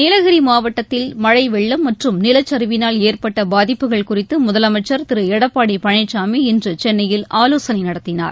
நீலகிரி மாவட்டத்தில் மழை வெள்ளம் மற்றும் நிலச்சரிவினால் ஏற்பட்ட பாதிப்புகள் குறித்து முதலமைச்சர் திரு எடப்பாடி பழனிசாமி இன்று சென்னையில் ஆலோசனை நடத்தினார்